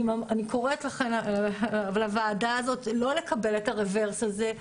אני קוראת לכם ולוועדה הזו לא לקבל את הרברס הזה.